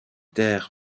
terres